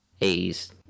A's